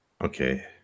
okay